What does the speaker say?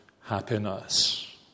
happiness